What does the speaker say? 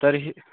तर्हि